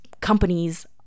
companies